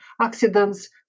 accidents